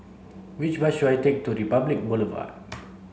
which bus should I take to Republic Boulevard